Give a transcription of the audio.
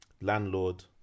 Landlord